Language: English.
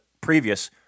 previous